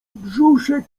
brzuszek